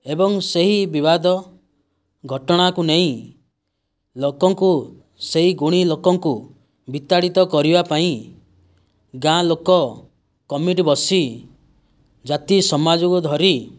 ଏବଂ ସେହି ବିବାଦ ଘଟଣାକୁ ନେଇ ଲୋକଙ୍କୁ ସେହି ଗୁଣି ଲୋକଙ୍କୁ ବିତାଡ଼ିତ କରିବା ପାଇଁ ଗାଁ ଲୋକ କମିଟି ବସି ଜାତି ସମାଜକୁ ଧରି